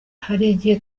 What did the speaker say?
igihe